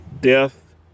death